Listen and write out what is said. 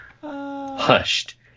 Hushed